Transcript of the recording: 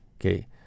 okay